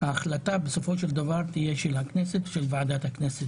ההחלטה תהיה של הכנסת ושל ועדת הכנסת,